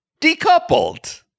Decoupled